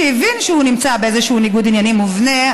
שהבין שהוא נמצא באיזשהו ניגוד עניינים מובנה,